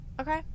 okay